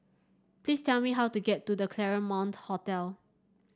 please tell me how to get to The Claremont Hotel